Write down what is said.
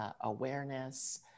awareness